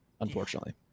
unfortunately